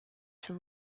from